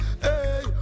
Hey